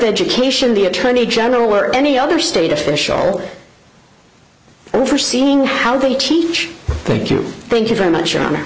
education the attorney general or any other state official overseeing how the chief thank you thank you very much